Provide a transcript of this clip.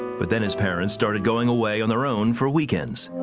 but then his parents started going away on their own for weekends.